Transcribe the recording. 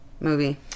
movie